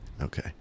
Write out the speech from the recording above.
Okay